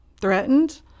threatened